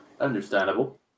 Understandable